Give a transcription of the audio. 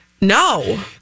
No